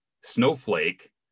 Snowflake